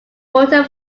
quarter